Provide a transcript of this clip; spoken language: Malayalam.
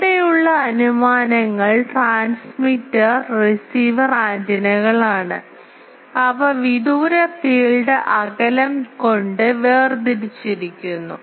ഇവിടെയുള്ള അനുമാനങ്ങൾ ട്രാൻസ്മിറ്റർ റിസീവർ ആന്റിനകളാണ് അവ വിദൂര ഫീൽഡ് അകലം കൊണ്ട് വേർതിരിച്ചിരിക്കുന്നു